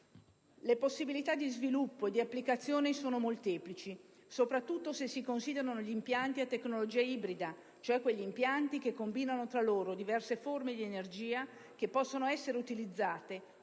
Le possibilità di sviluppo e di applicazione sono molteplici, soprattutto se si considerano gli impianti a tecnologia ibrida, cioè quegli impianti che combinano tra loro diverse forme di energia che possono essere utilizzate